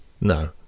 No